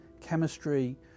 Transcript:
chemistry